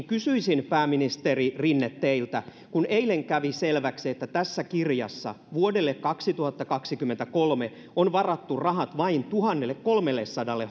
kysyisin pääministeri rinne teiltä kun eilen kävi selväksi että tässä kirjassa vuodelle kaksituhattakaksikymmentäkolme on varattu rahat vain tuhannellekolmellesadalle